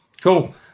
Cool